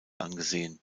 angesehen